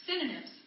synonyms